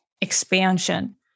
expansion